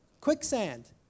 Quicksand